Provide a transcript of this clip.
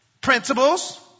principles